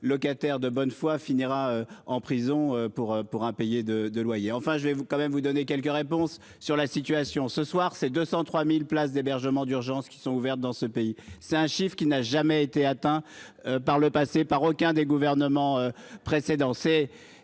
locataire de bonne foi finira en prison pour pour impayés de de loyer, enfin j'ai quand même vous donner quelques réponses sur la situation ce soir c'est 203.000 places d'hébergement d'urgence qui sont ouvertes dans ce pays, c'est un chiffre qui n'a jamais été atteint par le passé par aucun des gouvernements précédents